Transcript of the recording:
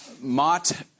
Mott